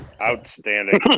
Outstanding